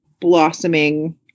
blossoming